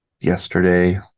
yesterday